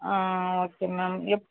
ஆ okay ma'am எப்